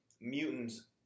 Mutants